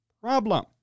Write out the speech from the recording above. Problem